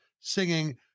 singing